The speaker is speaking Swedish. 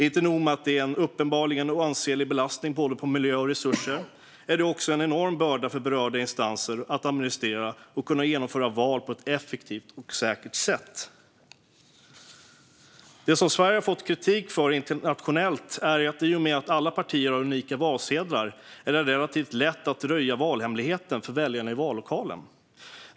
Inte nog med att det är en uppenbar och ansenlig belastning på både miljö och resurser; det är också en enorm börda på berörda instanser att administrera för att kunna genomföra val på ett effektivt och säkert sätt. Det som Sverige fått kritik för internationellt är att i och med att alla partier har unika valsedlar är det relativt lätt att röja valhemligheten för väljarna i vallokalen.